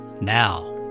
now